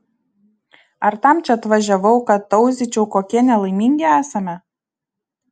ar tam čia atvažiavau kad tauzyčiau kokie nelaimingi esame